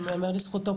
גם ייאמר לזכותו,